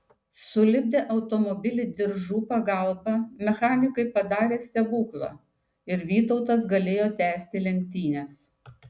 sulipdę automobilį diržų pagalbą mechanikai padarė stebuklą ir vytautas galėjo tęsti lenktynes